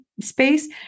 space